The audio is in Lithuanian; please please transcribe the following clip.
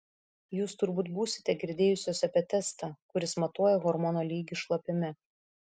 jūs turbūt būsite girdėjusios apie testą kuris matuoja hormono lygį šlapime